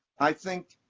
i think.